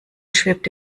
schwebt